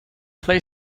play